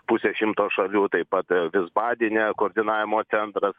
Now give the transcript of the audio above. pusė šimto šalių taip pat vis badine koordinavimo centras